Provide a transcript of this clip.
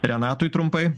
renatui trumpai